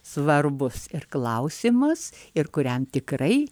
svarbus ir klausimas ir kuriam tikrai